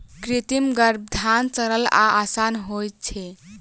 कृत्रिम गर्भाधान सरल आ आसान होइत छै